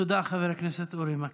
תודה, חבר הכנסת אורי מקלב.